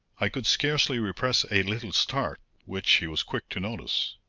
i could scarcely repress a little start, which he was quick to notice.